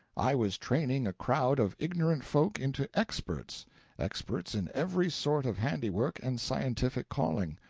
i was training a crowd of ignorant folk into experts experts in every sort of handiwork and scientific calling.